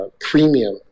premium